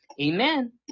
amen